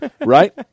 Right